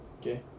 okay